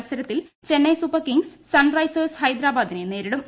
മത്സരത്തിൽ Chennai super kings sunrisers ഹൈദരാബാദിനെ നേരിടും